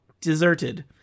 deserted